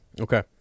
okay